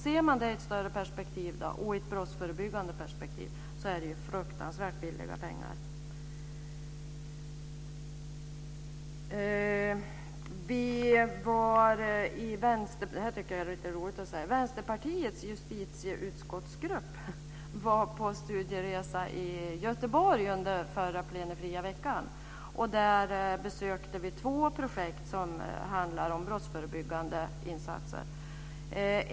Ser man det i ett större och brottsförebyggande perspektiv är det fruktansvärt billigt. Det är lite roligt att kunna säga att vi i Vänsterpartiets justitieutskottsgrupp var på studieresa i Göteborg under den förra plenifria veckan. Där besökte vi två projekt som arbetade med brottsförebyggande insatser.